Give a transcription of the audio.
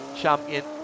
champion